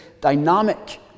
dynamic